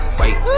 wait